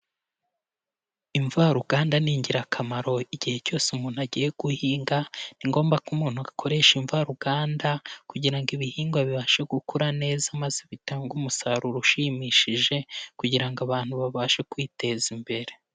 Imvaruganda ni ingirakamaro igihe cyose umuntu agiye guhinga, ni ngombwa ko umuntu akoresha imvaruganda kugira ngo ibihingwa bibashe gukura neza maze bitange umusaruro ushimishije kugira ngo abantu babashe kwiteza imbere.